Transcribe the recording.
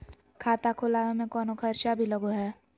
खाता खोलावे में कौनो खर्चा भी लगो है?